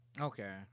Okay